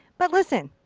but listen.